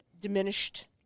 diminished